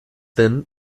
then